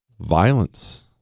violence